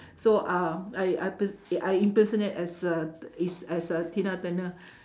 so uh I I pers~ I impersonate as uh is as a tina-turner